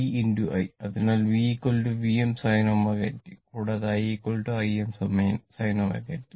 അതിനാൽ v Vm sin ω t കൂടാതെ I Im sin ω t